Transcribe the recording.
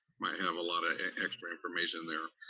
might have a lot of extra information there.